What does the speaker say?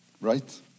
Right